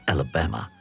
Alabama